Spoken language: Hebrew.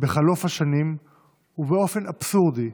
בחלוף השנים ובאופן אבסורדי,